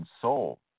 soul